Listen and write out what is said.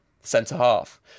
centre-half